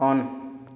on